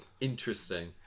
interesting